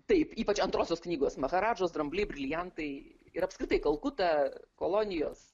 taip ypač antrosios knygos maharadžos drambliai briliantai ir apskritai kalkuta kolonijos